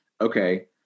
okay